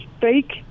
fake